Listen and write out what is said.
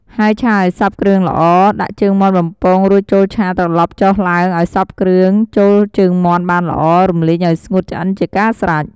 ហើយឆាឱ្យសព្វគ្រឿងល្អ ដាក់ជើងមាន់បំពងរួចចូលឆាត្រឡប់ចុះឡើងឱ្យសព្វគ្រឿង ចូលជើងមាន់បានល្អ រំលីងឱ្យស្ងួតឆ្អិនជាការស្រេច។